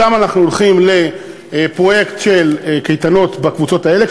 שם אנחנו הולכים לפרויקט של קייטנות בקבוצות האלה,